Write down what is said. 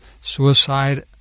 suicide